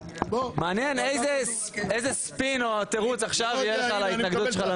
מעניין איזה ספין או תירוץ יהיה לך עכשיו יהיה להתנגדות שלך.